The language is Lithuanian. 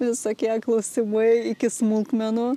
visokie klausimai iki smulkmenų